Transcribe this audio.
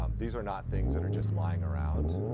um these are not things that are just lying around.